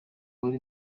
wari